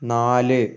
നാല്